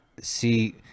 See –